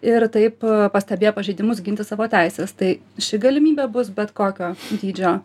ir taip pastebėję pažeidimus ginti savo teises tai ši galimybė bus bet kokio dydžio